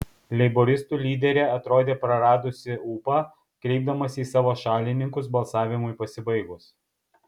leiboristų lyderė atrodė praradusį ūpą kreipdamasi į savo šalininkus balsavimui pasibaigus